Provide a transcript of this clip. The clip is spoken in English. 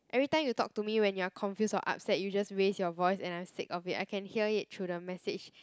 every time you talk to me when you're confused or upset you just raise your voice and I'm sick of it I can hear it through the message